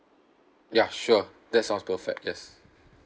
ya sure that sounds perfect yes